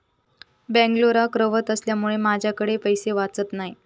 बेंगलोराक रव्हत असल्यामुळें माझ्याकडे पैशे वाचत नाय